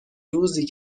روزی